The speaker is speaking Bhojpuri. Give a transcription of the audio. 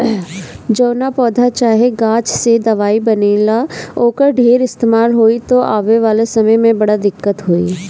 जवना पौधा चाहे गाछ से दवाई बनेला, ओकर ढेर इस्तेमाल होई त आवे वाला समय में बड़ा दिक्कत होई